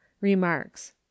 Remarks